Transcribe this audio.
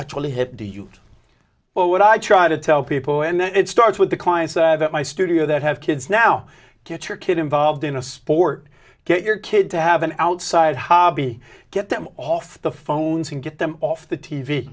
actually hit do you know what i try to tell people and it starts with the clients at my studio that have kids now get your kid involved in a sport get your kid to have an outside hobby get them off the phones and get them off the t